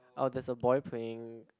oh there's a boy playing